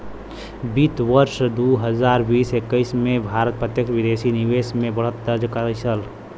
वित्त वर्ष दू हजार बीस एक्कीस में भारत प्रत्यक्ष विदेशी निवेश में बढ़त दर्ज कइलस